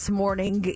morning